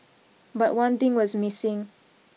but one thing was missing